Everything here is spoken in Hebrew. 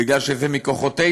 בגלל שזה מכוחותינו?